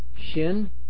Shin